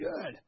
good